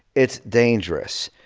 it's dangerous.